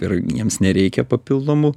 ir jiems nereikia papildomų